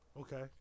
Okay